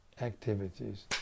activities